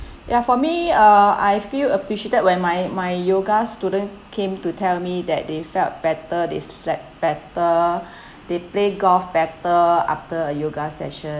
ya for me uh I feel appreciated when my my yoga student came to tell me that they felt better they slept better they play golf better after a yoga session